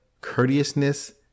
courteousness